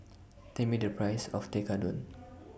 Tell Me The Price of Tekkadon